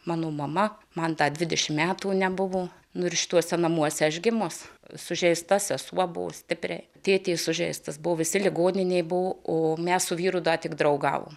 mano mama man da dvidešimt metų nebuvo nu ir šituose namuose aš gimus sužeista sesuo buvo stipriai tėtė sužeistas buvo visi ligoninėje buvau o mes su vyru da tik draugavome